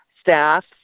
staff